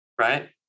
Right